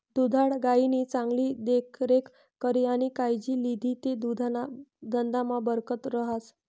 दुधाळ गायनी चांगली देखरेख करी आणि कायजी लिदी ते दुधना धंदामा बरकत रहास